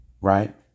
Right